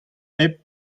hep